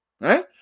Right